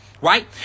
right